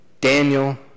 Daniel